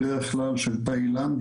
בדרך כלל של תאילנדי,